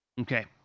Okay